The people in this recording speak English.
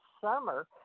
summer